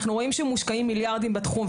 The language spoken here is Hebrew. אנחנו רואים שמושקעים מיליארדים בתחום,